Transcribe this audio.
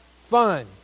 fun